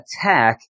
attack